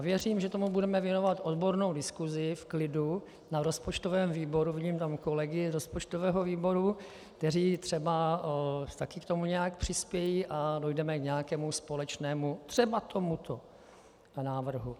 Věřím, že tomu budeme věnovat odbornou diskusi, v klidu, na rozpočtovém výboru, vidím tam kolegy z rozpočtového výboru, kteří třeba taky k tomu nějak přispějí, a dojdeme k nějakému společnému, třeba k tomuto návrhu.